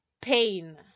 pain